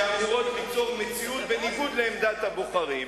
שאמורות ליצור מציאות בניגוד לעמדת הבוחרים,